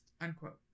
unquote